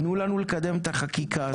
תנו לנו לקדם את החקיקה הזאת.